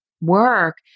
work